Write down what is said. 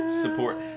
Support